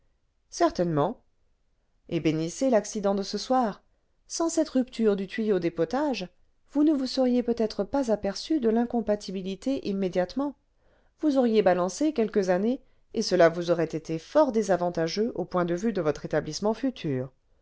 certainement et bénissez l'accident de ce soir sans cette rupture du tuyau des potages vous ne vous seriez peut-être pas aperçu de l'incompatibilité immédiatement vous auriez balancé quelques années et cela vous aurait été fort désavantageux au point de vue de votre établissement futur